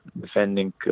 defending